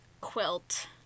Quilt